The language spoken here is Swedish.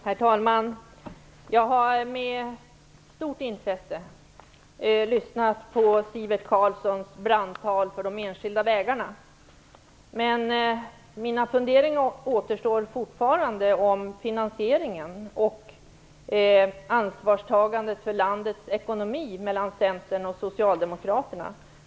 Herr talman! Jag har med stort intresse lyssnat till Men mina funderingar om finansieringen kvarstår, liksom mina funderingar vad gäller Centerns och Socialdemokraternas ansvarstagande för landets ekonomi.